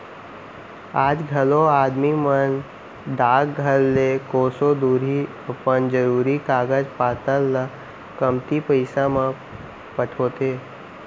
आज घलौ आदमी मन डाकघर ले कोसों दुरिहा अपन जरूरी कागज पातर ल कमती पइसा म पठोथें